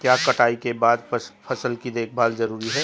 क्या कटाई के बाद फसल की देखभाल जरूरी है?